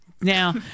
Now